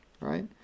Right